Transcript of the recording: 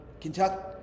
Kentucky